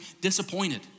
disappointed